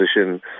position